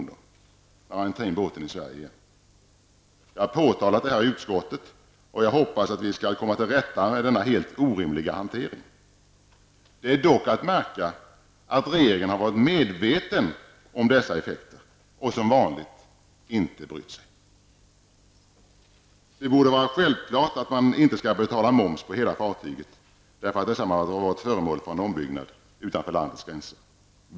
när han tar in båten i Sverige igen! Jag har påtalat detta i utskottet, och jag hoppas att vi skall komma till rätta med denna helt orimliga hantering. Det är dock att märka att regeringen har varit medveten om dessa effekter men som vanligt inte brytt sig. Det borde vara självklart att man inte skall behöva betala moms på hela fartyget därför att detsamma varit föremål för en ombyggnad utanför landets gränser.